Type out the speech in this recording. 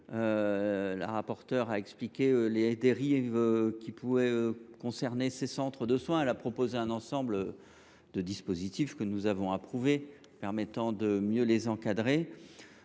La rapporteure a présenté les dérives qui peuvent concerner les centres de soins non programmés. Elle a ainsi proposé un ensemble de dispositifs, que nous avons approuvés, permettant de mieux les encadrer.